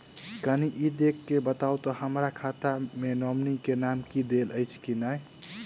कनि ई देख कऽ बताऊ तऽ की हमरा खाता मे नॉमनी केँ नाम देल अछि की नहि?